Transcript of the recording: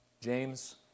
James